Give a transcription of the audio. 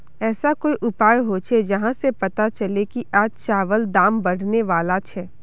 ऐसा कोई उपाय होचे जहा से पता चले की आज चावल दाम बढ़ने बला छे?